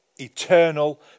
eternal